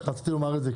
רציתי לומר את זה,